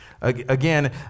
Again